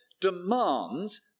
demands